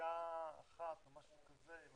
נגישה אחת, או משהו כזה.